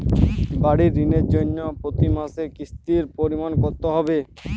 বাড়ীর ঋণের জন্য প্রতি মাসের কিস্তির পরিমাণ কত হবে?